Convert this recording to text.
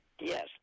Yes